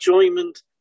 enjoyment